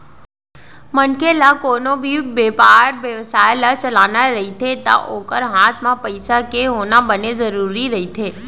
मनखे ल कोनो भी बेपार बेवसाय ल चलाना रहिथे ता ओखर हात म पइसा के होना बने जरुरी रहिथे